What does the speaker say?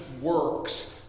works